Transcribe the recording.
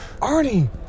Arnie